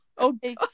Okay